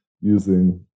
using